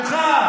שלך.